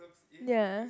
ya